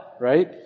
right